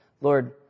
Lord